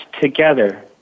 together